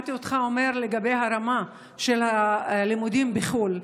שמעתי אותך אומר לגבי הרמה של הלימודים בחו"ל,